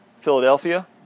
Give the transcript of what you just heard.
Philadelphia